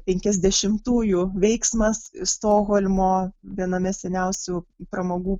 penkiasdešimtųjų veiksmas stokholmo viename seniausių pramogų